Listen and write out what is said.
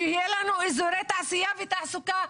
שיהיה לנו אזורי תעשיה ותעסוקה,